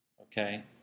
okay